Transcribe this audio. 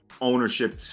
ownership